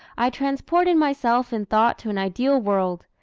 i transported myself in thought to an ideal world,